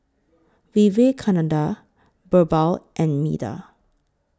Vivekananda Birbal and Medha